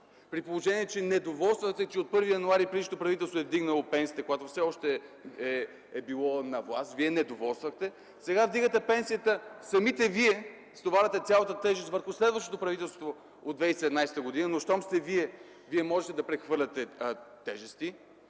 при положение че недоволствате, че предишното правителство е вдигнало пенсиите от 1 януари, когато все още е било на власт. Вие недоволствахте. Сега вдигате пенсията, самите вие стоварвате цялата тежест върху следващото правителство – от 2017 г. Но щом сте вие, можете да прехвърляте тежести.